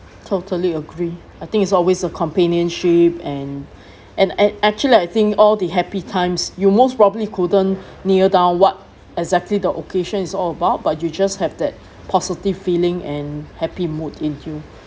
totally agree I think it's always the companionship and and a~ actually I think all the happy times you most probably couldn't near down what exactly the occasion is all about but you just have that positive feeling and happy mood in you